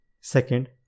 second